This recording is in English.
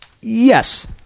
Yes